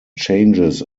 changes